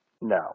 No